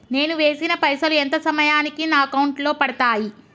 నేను వేసిన పైసలు ఎంత సమయానికి నా అకౌంట్ లో పడతాయి?